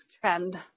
trend